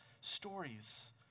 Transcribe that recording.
stories